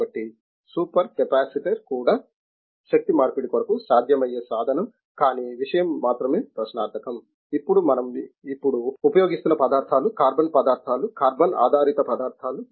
కాబట్టి super capacitor కూడా శక్తి మార్పిడి కొరకు సాధ్యమయ్యే సాధనం కానీ విషయం మాత్రమే ప్రశ్నార్థకం ఇప్పుడు మనం ఇప్పుడు ఉపయోగిస్తున్న పదార్థాలు కార్బన్ పదార్థాలు కార్బన్ ఆధారిత పదార్థాలు